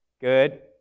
good